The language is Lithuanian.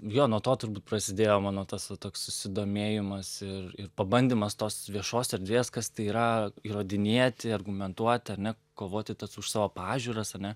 jo nuo to turbūt prasidėjo mano tas va toks susidomėjimas ir ir pabandymas tos viešos erdvės kas tai yra įrodinėti argumentuoti ar ne kovoti tas už savo pažiūras ane